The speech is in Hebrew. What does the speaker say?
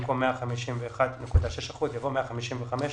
במקום "151.6 אחוזים" יבוא "155 אחוזים".